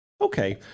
Okay